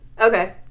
Okay